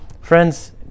Friends